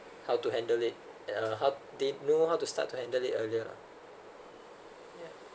how to handle it yeah how they know how to start to handle it earlier ya